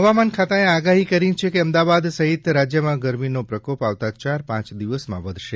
હવામાન ખાતાએ આગાહી કરી છે કે અમદાવાદ સહિત રાજયમાં ગરમીનો પ્રકોપ આવતા ચાર પાંચ દિવસમાં વધશે